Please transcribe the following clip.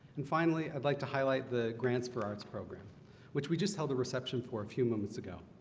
and finally i'd like to highlight the grants for arts program which we just held a reception for a few moments ago